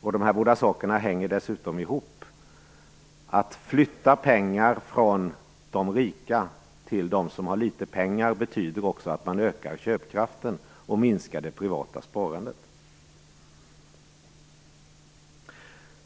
De här båda sakerna hänger dessutom ihop. Att flytta pengar från de rika till dem som har litet pengar betyder också att man ökar köpkraften och minskar det privata sparandet.